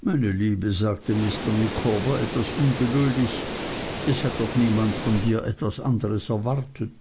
meine liebe sagte mr micawber etwas ungeduldig es hat doch niemand von dir etwas anderes erwartet